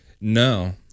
No